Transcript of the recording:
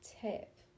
tip